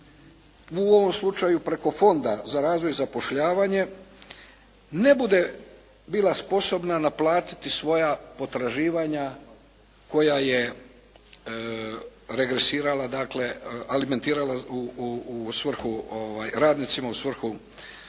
u ovom slučaju preko Fonda za razvoj zapošljavanja ne bude bila sposobna naplatiti svoja potraživanja koja je regresirala, dakle alimentirala u svrhu radnicima u svrhu